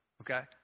Okay